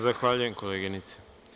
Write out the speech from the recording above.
Zahvaljujem koleginice.